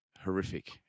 horrific